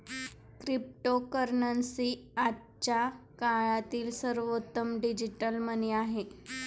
cryptocurrency आजच्या काळातील सर्वोत्तम डिजिटल मनी आहे